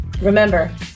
Remember